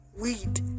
weed